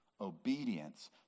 Obedience